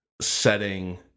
setting